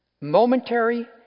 momentary